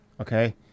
okay